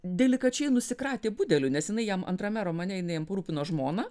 delikačiai nusikratė budeliu nes jinai jam antrame romane jinai jam parūpino žmoną